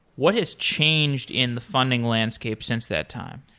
what has changed in the funding landscape since that time?